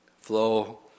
flow